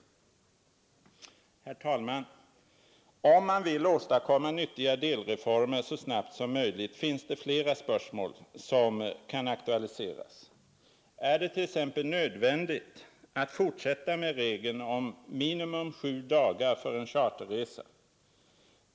Herr talman! Om man vill åstadkomma nyttiga delreformer så snabbt som möjligt finns det flera spörsmål som kan aktualiseras. Är det t.ex. nödvändigt att fortsätta med regeln om minimum sju dagar för en charterresa?